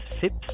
FIPS